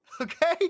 Okay